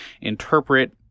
interpret